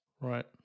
Right